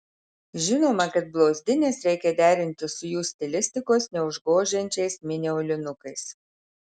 žinoma kad blauzdines reikia derinti su jų stilistikos neužgožiančiais mini aulinukais